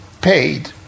paid